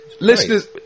Listeners